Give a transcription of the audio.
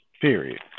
Period